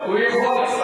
הוא יכול,